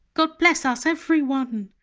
god bless us, every one!